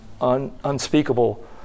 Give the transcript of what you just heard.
unspeakable